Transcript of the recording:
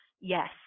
Yes